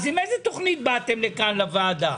עם איזו תכנית באתם לוועדה?